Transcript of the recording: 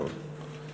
טוב.